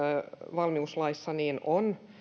valmiuslaissa on